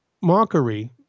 mockery